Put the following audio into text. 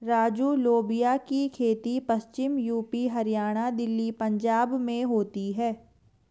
राजू लोबिया की खेती पश्चिमी यूपी, हरियाणा, दिल्ली, पंजाब में होती है